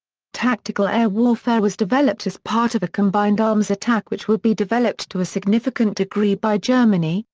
tactical air warfare was developed as part of a combined-arms attack which would be developed to a significant degree by germany,